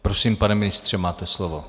Prosím, pane ministře, máte slovo.